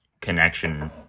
connection